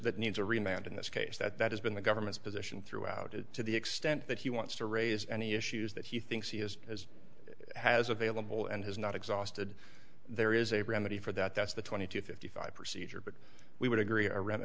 that needs a rebound in this case that has been the government's position throughout it to the extent that he wants to raise any issues that he thinks he has as has available and has not exhausted there is a remedy for that that's the twenty to fifty five procedure but we would agree